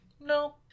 No